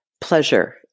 pleasure